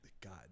God